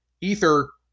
Ether